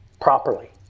properly